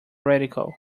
radical